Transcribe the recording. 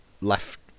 left